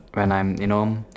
when I'm you know